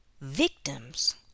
victims